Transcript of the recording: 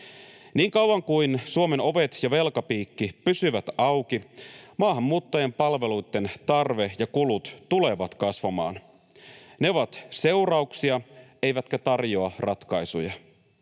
Niin kauan kuin Suomen ovet ja velkapiikki pysyvät auki, maahanmuuttajien palveluitten tarve ja kulut tulevat kasvamaan. Ne ovat seurauksia eivätkä tarjoa ratkaisuja.